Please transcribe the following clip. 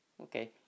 okay